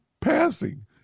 passing